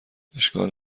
اشکال